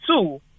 two